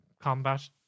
combat